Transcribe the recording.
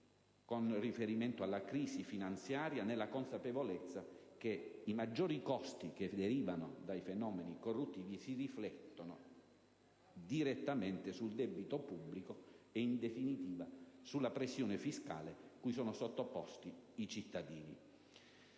più evidente dalla crisi finanziaria, nella consapevolezza che i maggiori costi che derivano dai fenomeni corruttivi si riflettono direttamente sul debito pubblico e, in definitiva, sulla pressione fiscale cui sono sottoposti i cittadini.